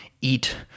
Eat